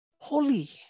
holy